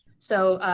so,